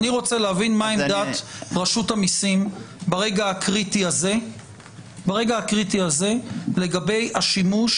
אני רוצה להבין מה עמדת רשות המיסים ברגע הקריטי הזה לגבי השימוש